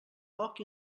poc